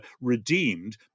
redeemed